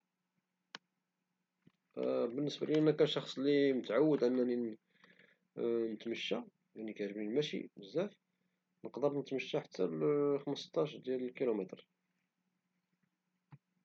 بالنسبة لي كشخص متعود أنني نتمشى، كيعجبني نتمشى نقدر نتمشى حتى خمسطاش كيلومتر.